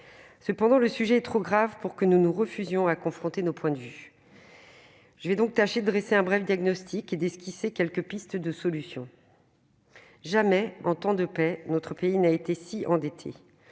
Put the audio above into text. Néanmoins, le sujet est trop grave pour que nous nous refusions à confronter nos points de vue. Je vais donc tâcher de dresser un bref diagnostic et d'esquisser quelques pistes de solutions. Jamais, en temps de paix, notre pays n'a été aussi endetté.